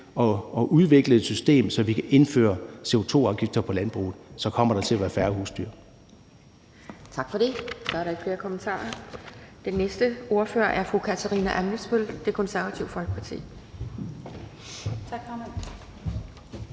at udvikle et system, så vi kan indføre CO2-afgifter på landbruget – så kommer der til at være færre husdyr. Kl. 12:51 Anden næstformand (Pia Kjærsgaard): Tak for det. Så er der ikke flere kommentarer. Den næste ordfører er fru Katarina Ammitzbøll, Det Konservative Folkeparti. Kl.